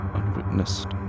unwitnessed